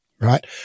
Right